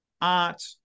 art